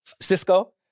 Cisco